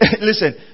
listen